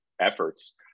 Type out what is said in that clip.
efforts